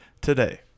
today